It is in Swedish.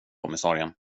kommissarien